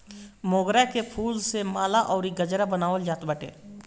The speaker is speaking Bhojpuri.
मोगरा के फूल से माला अउरी गजरा बनावल जात बाटे